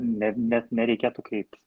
ne net nereikėtų kreiptis